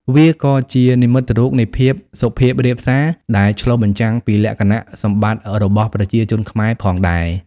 វាក៏ជា និមិត្តរូបនៃភាពសុភាពរាបសារ ដែលឆ្លុះបញ្ចាំងពីលក្ខណៈសម្បត្តិរបស់ប្រជាជនខ្មែរផងដែរ។